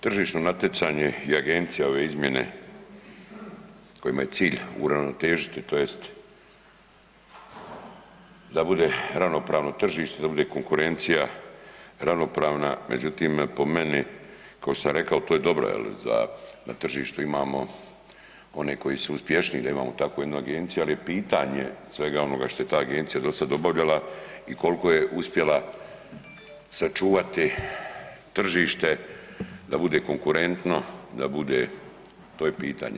Tržišno natjecanje i agencija ove izmjene kojima je cilj uravnotežiti tj. da bude ravnopravno tržište, da bude konkurencija ravnopravna, međutim po meni kao što sam rekao to je dobro jel za, na tržištu imamo one koji su uspješniji da imamo tako jednu agenciju ali je pitanje svega onoga što je ta agencija do sada obavljala i koliko je uspjela sačuvati tržište da bude konkurentno, da bude, to je pitanje.